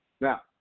now